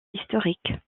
historique